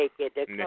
naked